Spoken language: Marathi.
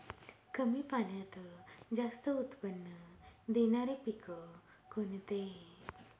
कमी पाण्यात जास्त उत्त्पन्न देणारे पीक कोणते?